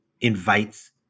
invites